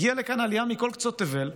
הגיעה לכאן עלייה מכל קצות תבל,